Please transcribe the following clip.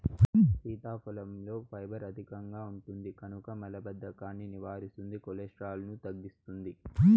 సీతాఫలంలో ఫైబర్ అధికంగా ఉంటుంది కనుక మలబద్ధకాన్ని నివారిస్తుంది, కొలెస్ట్రాల్ను తగ్గిస్తుంది